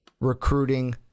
recruiting